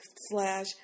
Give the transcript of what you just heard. slash